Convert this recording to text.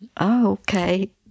Okay